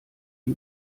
die